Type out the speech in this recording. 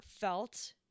felt